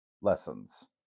lessons